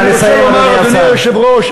נא לסיים, אדוני השר.